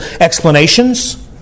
explanations